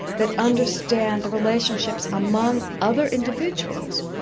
that understand the relationships among other individuals,